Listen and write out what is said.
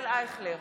גבי לסקי,